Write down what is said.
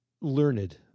learned